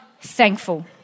thankful